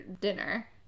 dinner